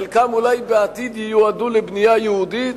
חלקם אולי בעתיד ייועדו לבנייה יהודית,